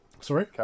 sorry